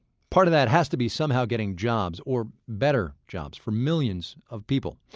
part of that has to be somehow getting jobs or better jobs for millions of people.